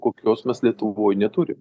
kokios mes lietuvoj neturim